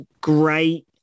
great